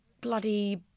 bloody